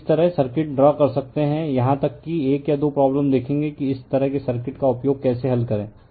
तो इस तरह सर्किट ड्रा कर सकते हैं यहां तक कि एक या दो प्रॉब्लम देखेंगे कि इस तरह के सर्किट का उपयोग कैसे हल करें